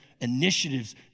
initiatives